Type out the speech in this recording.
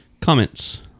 Comments